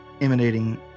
emanating